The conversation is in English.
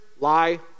lie